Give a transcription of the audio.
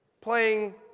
Playing